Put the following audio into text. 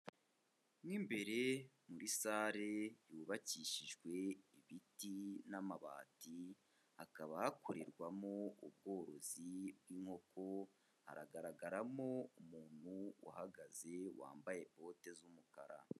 Mo imbere muri sale yubakishijwe ibiti n'amabati, hakaba hakorerwamo ubworozi bw'inkoko haragaragaramo umuntu uhagaze wambaye bote z'umukara.